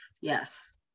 yes